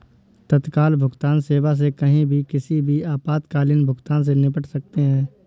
तत्काल भुगतान सेवा से कहीं भी किसी भी आपातकालीन भुगतान से निपट सकते है